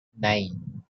nine